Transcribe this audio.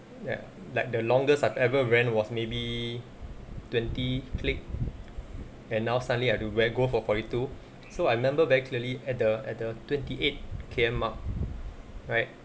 ya like the longest I've ever ran was maybe twenty league and now suddenly I do where I go for forty two so I remember very clearly at the at the twenty eight K_M mark right